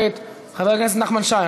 חבר הכנסת נחמן שי,